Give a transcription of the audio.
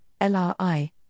LRI